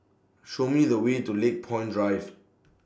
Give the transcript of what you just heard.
Show Me The Way to Lakepoint Drive